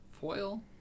foil